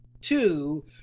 two